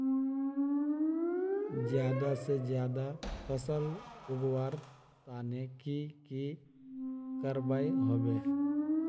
ज्यादा से ज्यादा फसल उगवार तने की की करबय होबे?